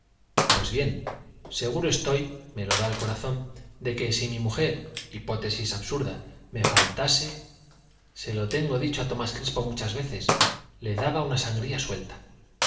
pues bien seguro estoy me lo da el corazón de que si mi mujer hipótesis absurda me faltase se lo tengo dicho a tomás crespo muchas veces le daba una sangría suelta